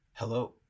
Hello